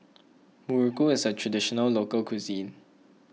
Muruku is a Traditional Local Cuisine